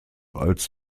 als